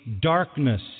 darkness